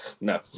No